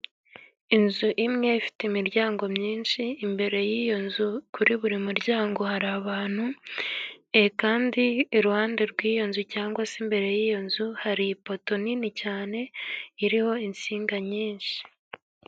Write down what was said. Inzu imwe ifite imiryango myinshi, imbere y'iyo nzu kuri buri muryango hari abantu. Kandi iruhande rw'iyo nzu cyangwa se imbere y'iyo nzu, hari ipoto nini cyane iriho insinga nyinshi.